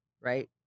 right